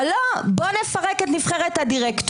אבל לא בואו נפרק את נבחרת הדירקטורים,